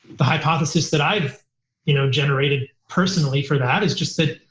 the hypothesis that i've you know generated personally for that is just that,